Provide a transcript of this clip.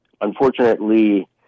unfortunately